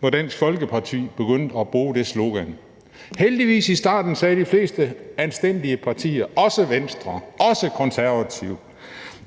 hvor Dansk Folkeparti begyndte at bruge det slogan. Heldigvis sagde de fleste anstændige partier – også Venstre, også Konservative –